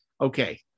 Okay